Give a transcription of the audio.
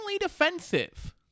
defensive